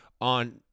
on